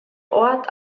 ort